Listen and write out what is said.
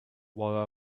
while